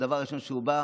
וזה הדבר הראשון כשהוא בא,